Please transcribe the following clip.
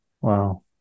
Wow